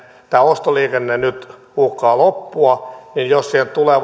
tämä ostoliikenne nyt uhkaa loppua tulee